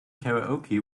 karaoke